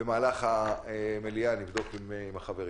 במהלך המליאה נבדוק עם החברים.